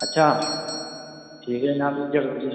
अच्छा ठीक ऐ जनाब तुस देई ओड़ो उस्सी